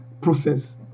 process